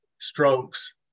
strokes